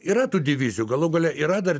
yra tų divizijų galų gale yra dar